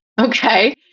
okay